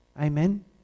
Amen